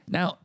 Now